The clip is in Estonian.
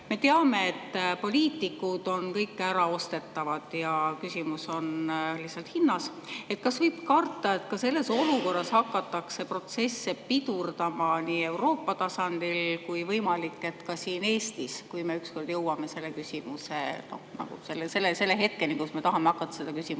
Me teame ka, et poliitikud on kõik äraostetavad, küsimus on lihtsalt hinnas. Kas võib karta, et ka selles olukorras hakatakse protsesse pidurdama Euroopa tasandil ja võimalik, et ka siin Eestis, kui me ükskord jõuame selle hetkeni, kui me tahame hakata seda küsimust